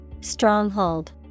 Stronghold